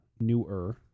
newer